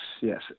yes